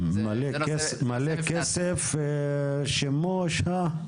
מלא כסף שמושהה.